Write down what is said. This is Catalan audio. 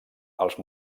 als